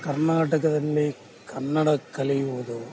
ಕರ್ನಾಟಕದಲ್ಲಿ ಕನ್ನಡ ಕಲಿಯುವುದು